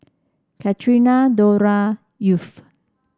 Catrina Dora Yvette